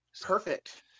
perfect